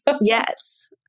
Yes